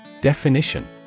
Definition